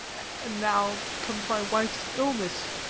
and now comes my wife's illness,